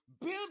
build